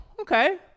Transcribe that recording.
okay